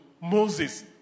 Moses